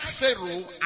Pharaoh